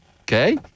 Okay